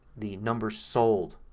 the number sold